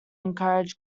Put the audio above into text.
encourage